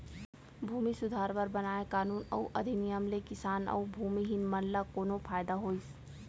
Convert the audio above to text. भूमि सुधार बर बनाए कानून अउ अधिनियम ले किसान अउ भूमिहीन मन ल कोनो फायदा होइस?